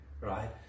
Right